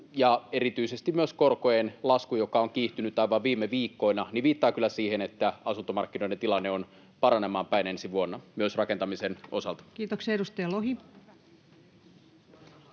ja erityisesti myös korkojen lasku, joka on kiihtynyt aivan viime viikkoina, viittaa kyllä siihen, että asuntomarkkinoiden tilanne on paranemaan päin ensi vuonna myös rakentamisen osalta. [Speech 58] Speaker: